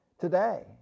today